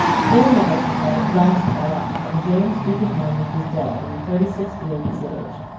then the wretched head at last fell off, and james, duke of monmouth, was dead, in the thirty-sixth year of his age.